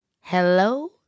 Hello